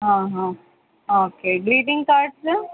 okay greeting cards